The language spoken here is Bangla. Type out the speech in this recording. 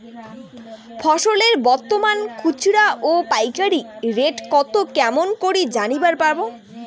ফসলের বর্তমান খুচরা ও পাইকারি রেট কতো কেমন করি জানিবার পারবো?